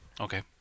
Okay